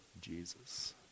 Jesus